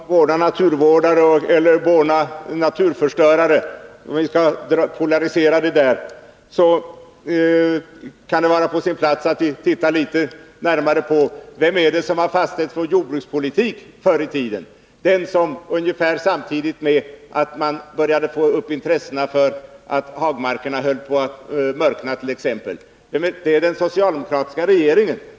Fru talman! Skall vi polarisera det och tala om borna naturvårdare och borna naturförstörare, kan det vara på sin plats att titta på vem det var som fastställde vår jordbrukspolitik ungefär samtidigt med att man började få upp ögonen för att t.ex. hagmarkerna höll på att mörkna. Det var den socialdemokratiska regeringen.